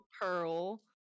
Pearl